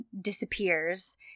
disappears